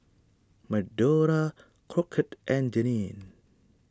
Medora Crockett and Jeanie